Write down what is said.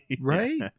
Right